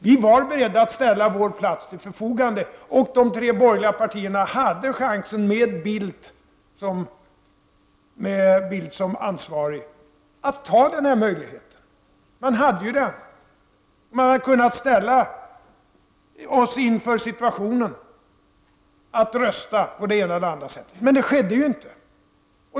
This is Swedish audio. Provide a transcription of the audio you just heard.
Vi var beredda att ställa vår plats till förfogande, och de tre borgerliga partierna hade chansen att med Bildt som ansvarig använda sig av den här möjligheten. Man hade kunnat ställa oss inför situationen att rösta på det ena eller det andra sättet, men det skedde inte.